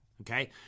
Okay